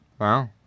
Wow